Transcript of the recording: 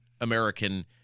American